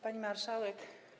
Pani Marszałek!